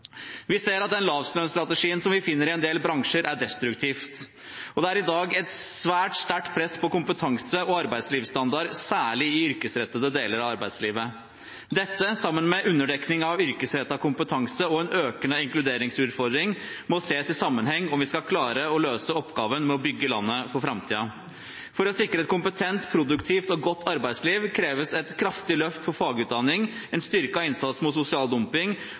Vi ser at den lavtlønnsstrategien vi finner i en del bransjer, er destruktiv, og det er i dag et svært sterkt press på kompetanse og arbeidslivsstandard – særlig i yrkesrettede deler av arbeidslivet. Dette, sammen med underdekning av yrkesrettet kompetanse og en økende inkluderingsutfordring, må ses i sammenheng om vi skal klare å løse oppgaven med å bygge landet for framtiden. For å sikre et kompetent, produktivt og godt arbeidsliv kreves et kraftig løft for fagutdanning, en styrket innsats mot sosial dumping